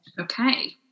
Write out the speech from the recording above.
okay